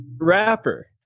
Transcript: rapper